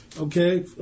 okay